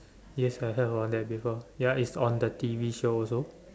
yes I heard of that before ya it's on the T_V show also